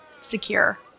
Secure